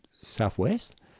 southwest